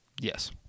Yes